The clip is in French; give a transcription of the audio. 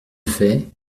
fait